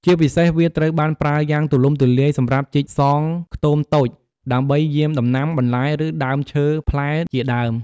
ជាពិសេសវាត្រូវបានប្រើយ៉ាងទូលំទូលាយសម្រាប់ជីកសងខ្ខ្ទមតូច ដើម្បីយាមដំណាំ បន្លែ ឬដើមឈើផ្លែជាដើម។